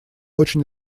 очень